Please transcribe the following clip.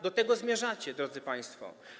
Do tego zmierzacie, drodzy państwo.